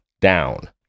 down